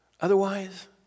Otherwise